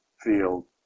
field